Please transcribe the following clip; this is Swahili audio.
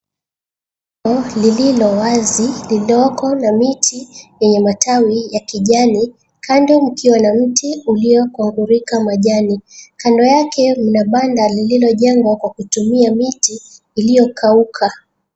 ....lililo wazi lililoko na matawi ya kijani kando mkiwa na mti iliyoko na majani. Kando yake kuna banda lililojengwa kwa kutumia mti iliyokauka.